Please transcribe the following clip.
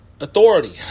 authority